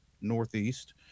northeast